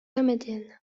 comédienne